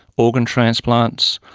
organ transplants,